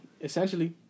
essentially